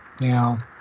Now